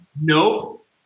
Nope